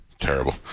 terrible